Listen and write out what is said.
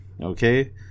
Okay